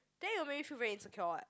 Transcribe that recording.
then you will feel very insecure what